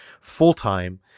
full-time